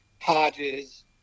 Hodges